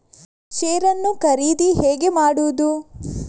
Share ನ್ನು ಖರೀದಿ ಹೇಗೆ ಮಾಡುವುದು?